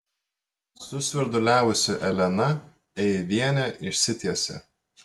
susvirduliavusi elena eivienė išsitiesė